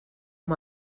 amb